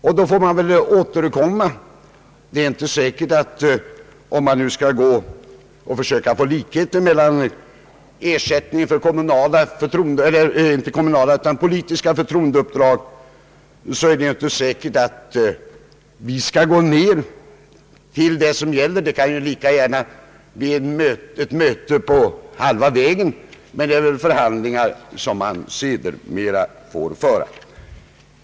Sedan får man väl återkomma. Om man nu skall försöka åstadkomma likhet i fråga om ersättningar för politiska förtroen deuppdrag, så är det inte säkert att vi riksdagsmän skall gå ned till vad som nu gäller. Det kan lika gärna bli ett möte på halva vägen vid de förhandlingar som man sedermera får föra.